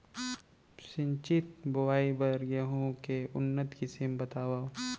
सिंचित बोआई बर गेहूँ के उन्नत किसिम बतावव?